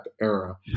era